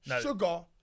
sugar